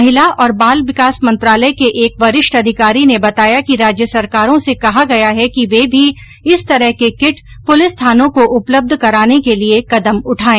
महिला और बाल विकास मंत्रालय के एक वरिष्ठ अधिकारी ने बताया कि राज्य सरकारों से कहा गया है कि वे भी इस तरह के किट पुलिस थानों को उपलब्य कराने के लिए कदम उठाएं